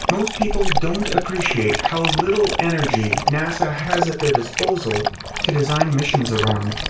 most people don't appreciate how little energy nasa has at their disposal to design missions around.